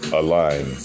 align